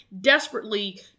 desperately